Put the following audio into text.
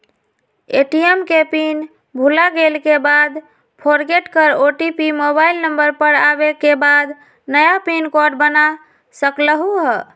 ATM के PIN भुलागेल के बाद फोरगेट कर ओ.टी.पी मोबाइल नंबर पर आवे के बाद नया पिन कोड बना सकलहु ह?